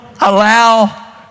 allow